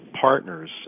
partners